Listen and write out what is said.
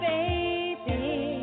Baby